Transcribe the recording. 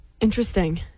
Interesting